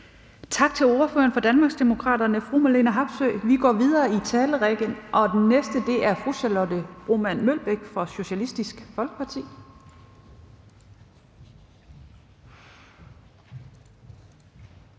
Tak til ordføreren for Danmarksdemokraterne, fru Marlene Harpsøe. Vi går videre i talerrækken, og den næste er fru Charlotte Broman Mølbæk fra Socialistisk Folkeparti.